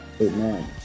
Amen